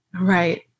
Right